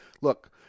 look